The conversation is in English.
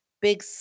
big